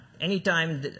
anytime